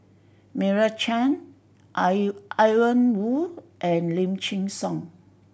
Meira Chand Ian Woo and Lim Chin Siong